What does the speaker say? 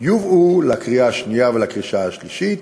יובאו לקריאה השנייה ולקריאה השלישית